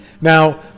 Now